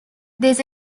this